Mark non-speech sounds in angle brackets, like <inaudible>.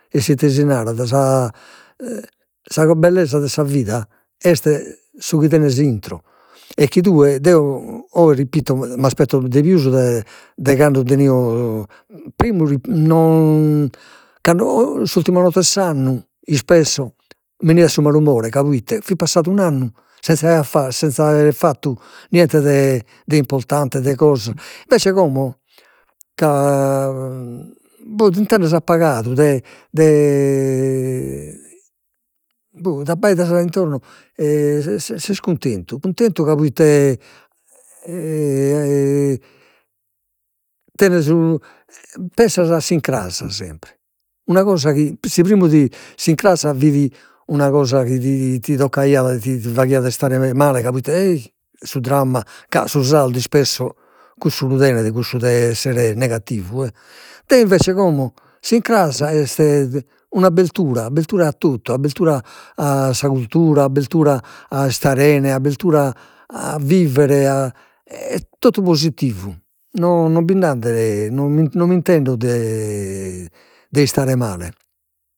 E s'ite si narat, sa bellesa de sa vida est su chi tenes intro, e chi tue, deo oe l'impitto, m'aspetto de pius de dai cando tenio, primu non <hesitation> cando, s'ultima notte 'e s'annu <unintelligible> mi 'eniat su malumore ca proite fit passadu un annu senza aer <unintelligible> senza aer fattu niente de de importante de coso, invece como ca <hesitation> boh ti intendes appagadu de de <hesitation> boh ti abbaidas intorno e e ses cuntentu, cuntentu ca proite <hesitation> tenes, pensas a su incras sempre, una cosa chi, si primu ti, s'incras fit una cosa chi ti ti toccaiat chi ti faghiat restare ma- male ca proite, ei, su dramma ca su sardu ispesso cussu lu tenet, cussu de essere negativu e. Deo invece como, s'incras est una abbertura, abbertura a totu, abbertura a sa cultura, abbertura a istare 'ene, abbertura a vivere, a, totu positivu, no bi nd'at de, non mi intendo de istare male